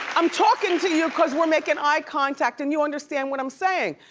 i'm talking to you cause we're making eye contact and you understand what i'm saying.